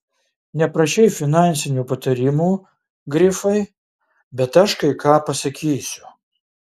neprašei finansinių patarimų grifai bet aš kai ką pasakysiu